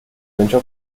lanciò